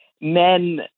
men